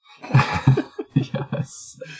Yes